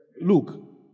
Look